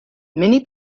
many